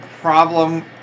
problem